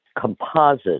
composite